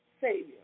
Savior